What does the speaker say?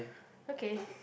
okay